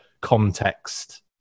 context